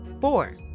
Four